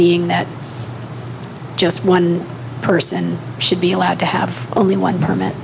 being that just one person should be allowed to have only one permit